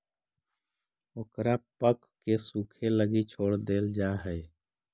ओकरा पकके सूखे लगी छोड़ देल जा हइ